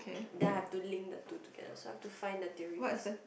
then I have to link the two together so I have to find the theory first